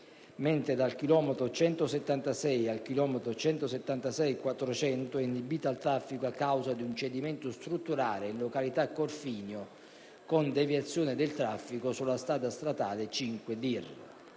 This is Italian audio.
mentre dal chilometro 176 al chilometro 176,4 è inibita al traffico a causa di un cedimento strutturale in località Corfinio con conseguente deviazione del traffico sulla strada statale 5-dir.